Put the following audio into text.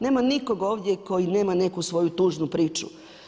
Nema nikog ovdje koji nema neku svoju tužnu priču.